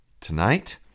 Tonight